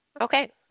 Okay